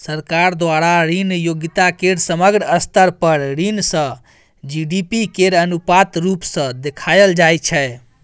सरकार द्वारा ऋण योग्यता केर समग्र स्तर पर ऋण सँ जी.डी.पी केर अनुपात रुप सँ देखाएल जाइ छै